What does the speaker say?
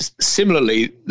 similarly